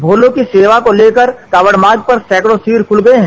भोलों की सेवा को लेकर कांवड़ मार्ग पर सैकड़ों शिविर खुल गए हैं